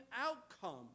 outcome